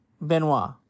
Benoit